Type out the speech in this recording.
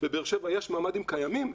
בבאר שבע יש ממ"דים קיימים,